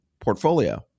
portfolio